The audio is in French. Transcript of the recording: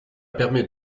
permet